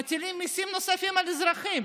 מטילים מיסים נוספים על אזרחים.